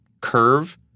curve